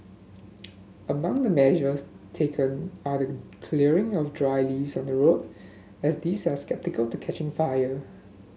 among the measures taken are the clearing of dry leaves on the road as these are susceptible to catching fire